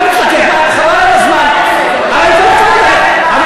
צודקים, אתם צודקים, חבל על הזמן, אני לא מתווכח.